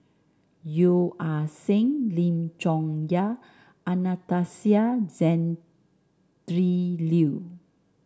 Yeo Ah Seng Lim Chong Yah and Anastasia Tjendri Liew